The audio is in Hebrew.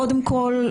קודם כול,